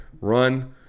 run